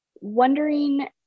wondering